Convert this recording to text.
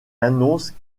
annonce